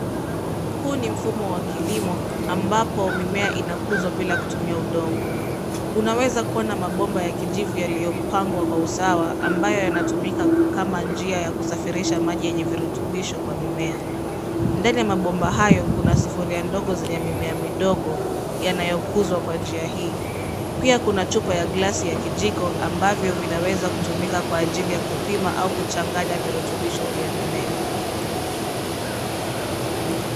Huu ni mfumo wa kilimo ambapo mimea inakuzwa bila kutumia udongo. Unaweza kuona mabomba ya kijivu yaliyopangwa kwa usawa ambayo yanatumika kama njia ya kusafirisha maji yenye virutubisho kwa mimea. Ndani ya mabomba hayo kuna sufuria ndogo zenye mimea midogo yanayokuzwa kwa njia hii. Pia kuna chupa ya glasi ya kijiko ambavyo vinaweza kutumika kwa ajili ya kupima au kuchanganya virutubisho vya mimea.